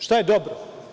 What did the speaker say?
Šta je dobro?